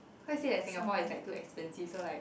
you you say that Singapore is too expensive so like